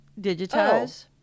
digitize